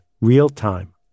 real-time